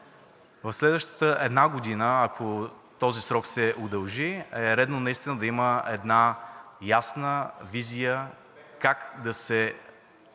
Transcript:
В следващата една година, ако този срок се удължи, е редно наистина да има една ясна визия как да се